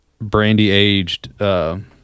brandy-aged